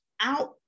out